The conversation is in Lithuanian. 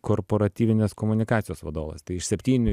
korporatyvinės komunikacijos vadovas tai iš septynių